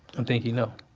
and think he know.